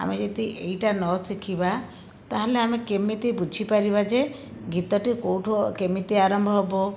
ଆମେ ଯଦି ଏଇଟା ନ ଶିଖିବା ତାହେଲେ ଆମେ କେମିତି ବୁଝିପାରିବା ଯେ ଗୀତଟି କେଉଁଠୁ କେମିତି ଆରମ୍ଭ ହେବ